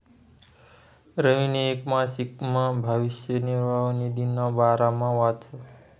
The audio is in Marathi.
रवीनी येक मासिकमा भविष्य निर्वाह निधीना बारामा वाचं